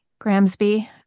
Gramsby